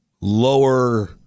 lower